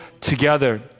together